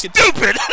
Stupid